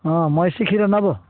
ହଁ ମଇଁଷି କ୍ଷୀର ନେବ